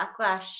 backlash